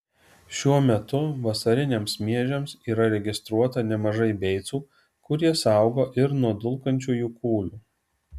šiuo metu vasariniams miežiams yra registruota nemažai beicų kurie saugo ir nuo dulkančiųjų kūlių